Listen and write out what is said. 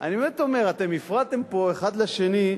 אני באמת אומר, הפרעתם פה האחד לשני,